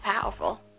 powerful